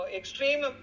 extreme